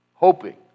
hoping